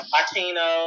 Latino